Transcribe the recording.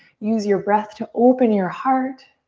use your breath to open your heart.